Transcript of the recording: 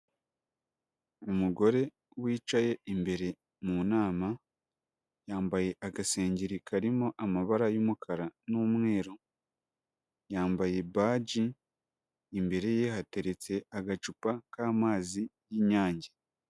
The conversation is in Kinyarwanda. Umugore wicaye imbere mu nama, yambaye agasengeri karimo amabara y'umukara n'umweru, yambaye baji, imbere ye hateretse agacupa k'amazi y'Inyange.